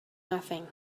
nothing